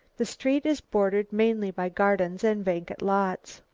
the street is bordered mainly by gardens and vacant lots.